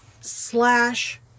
slash